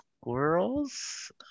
squirrels